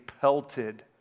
pelted